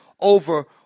over